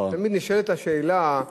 תמיד נשאלת השאלה: